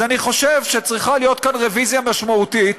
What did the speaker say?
אז אני חשב שצריכה להיות פה רוויזיה משמעותית,